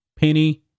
Penny